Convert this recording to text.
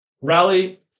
rally